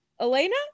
Elena